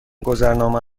گذرنامه